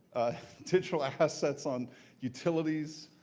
digital assets on utilities,